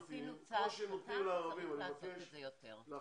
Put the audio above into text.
עשינו צעד קטן, צריך לעשות את זה יותר.